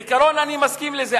בעיקרון אני מסכים לזה.